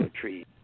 trees